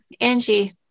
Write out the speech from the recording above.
Angie